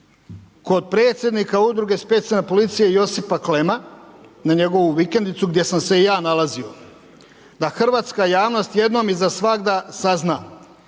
kod predsjednika Udruge specijalne policije Josipa Klemma, na njegovu vikendicu gdje sam se i ja nalazio, da hrvatska javnost jednom i za svagda sazna